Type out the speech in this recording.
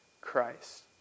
Christ